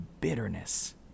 bitterness